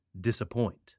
disappoint